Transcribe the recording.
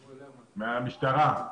מהמשטרה.